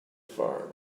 far